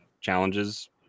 challenges